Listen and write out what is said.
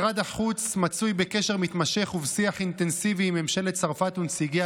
משרד החוץ מצוי בקשר מתמשך ובשיח אינטנסיבי עם ממשלת צרפת ונציגיה